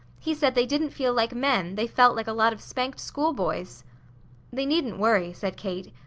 he said they didn't feel like men, they felt like a lot of spanked school-boys they needn't worry, said kate.